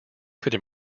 could